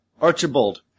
Archibald